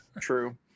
True